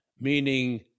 meaning